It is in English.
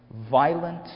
violent